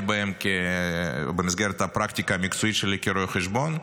בהם במסגרת הפרקטיקה המקצועית שלי כרואה חשבון,